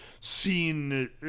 seen